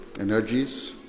energies